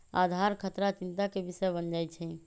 आधार खतरा चिंता के विषय बन जाइ छै